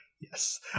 Yes